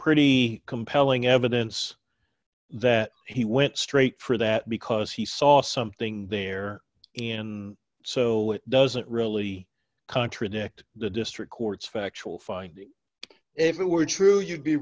pretty compelling evidence that he went straight for that because he saw something there in so it doesn't really contradict the district court's factual finding if it were true you'd be